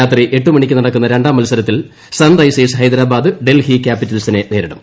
രാത്രി എട്ട് മണിക്ക് നടക്കുന്ന രണ്ടാം മത്സരത്തിൽ സൺറൈ സേഴ്സ് ഹൈദ്രബാദ് ഡൽഹി ക്യാപിറ്റൽസിനെ നേരിടും